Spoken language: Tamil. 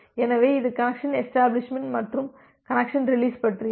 எனவே இது கனெக்சன் எஷ்டபிளிஷ்மெண்ட் மற்றும் கனெக்சன் ரீலிஸ் பற்றியது